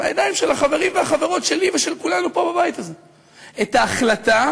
בידיים של החברים והחברות שלי ושל כולנו פה בבית הזה את ההחלטה